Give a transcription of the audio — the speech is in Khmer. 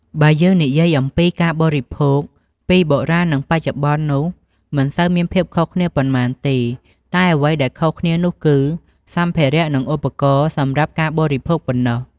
បើយើងនិយាយអំពីការបរិភោគ ពីបុរាណនឹងបច្ចុប្បន្ននោះមិនសូវមានភាពខុសគ្នាប៉ុន្មានទេ តែអ្វីដែលខុសគ្នានោះគឺ សម្ភារៈនិងឧបករណ៍សម្រាប់ការបរិភោគប៉ុណ្ណោះ។